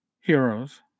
heroes